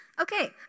Okay